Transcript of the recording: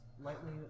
lightly